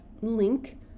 link